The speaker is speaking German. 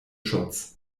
schutz